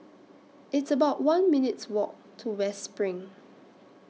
It's about one minutes' Walk to West SPRING